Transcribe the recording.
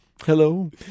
Hello